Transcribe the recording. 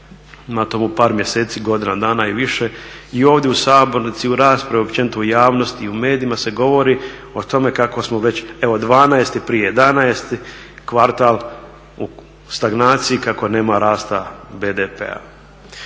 ima tomu par mjeseci, godina dana i više, i ovdje u sabornici u raspravi općenito u javnosti i u medijima se govori o tome kako smo već evo 12., prije 11. kvartal u stagnaciji kako nema rasta BDP-a.